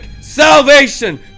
salvation